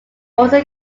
also